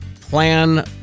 plan